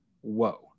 whoa